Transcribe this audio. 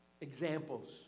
examples